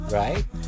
right